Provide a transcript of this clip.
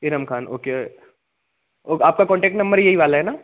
Iram Khan okay आपका contact number यही वाला है न